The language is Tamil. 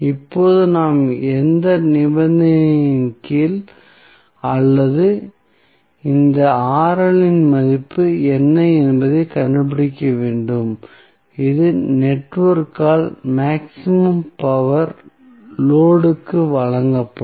இப்போது நாம் எந்த நிபந்தனையின் கீழ் அல்லது இந்த இன் மதிப்பு என்ன என்பதைக் கண்டுபிடிக்க வேண்டும் இதில் நெட்வொர்க்கால் மேக்ஸிமம் பவர் லோடு க்கு வழங்கப்படும்